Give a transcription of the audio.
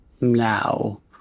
now